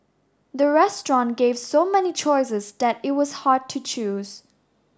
the restaurant gave so many choices that it was hard to choose